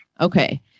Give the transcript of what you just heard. Okay